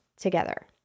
together